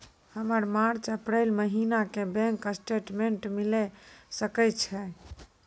हमर March April महीना के बैंक स्टेटमेंट मिले सकय छै?